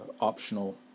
optional